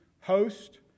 host